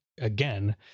again